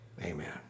amen